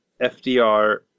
FDR